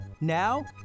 now